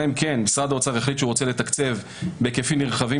אלא אם כן משרד האוצר יחליט שהוא רוצה לתקצב בהיקפים נרחבים